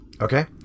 Okay